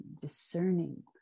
discerning